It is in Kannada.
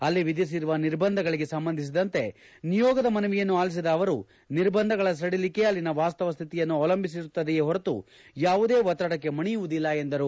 ಅಲ್ಲಿ ವಿಧಿಸಿರುವ ನಿರ್ಬಂಧಗಳಿಗೆ ಸಂಬಂಧಿಸಿದಂತೆ ನಿಯೋಗದ ಮನವಿಯನ್ನು ಆಲಿಸಿದ ಅವರು ನಿರ್ಬಂಧಗಳ ಸಡಿಲಿಕೆ ಅಲ್ಲಿನ ವಾಸ್ತವ ಶ್ಯಿತಿಯನ್ನು ಅವಲಂಬಿಸಿರುತ್ತದೆಯೇ ಹೊರತು ಯಾವುದೇ ಒತ್ತಡಕ್ಕೆ ಮಣಿಯುವುದಿಲ್ಲ ಎಂದರು